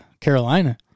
Carolina